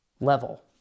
level